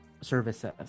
services